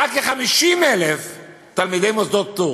רק כ-50,000 הם תלמידי מוסדות פטור.